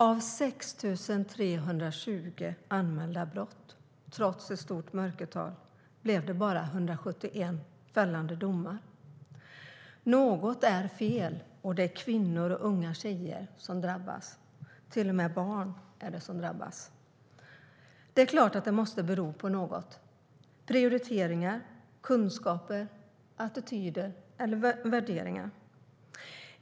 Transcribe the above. Av 6 320 anmälda brott, trots ett stort mörkertal, blev det bara 171 fällande domar. Något är fel, och det är kvinnor, unga tjejer och till och med barn som drabbas. Det är klart att det måste bero på något - prioriteringar, kunskaper, attityder eller värderingar.